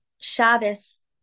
Shabbos